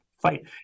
fight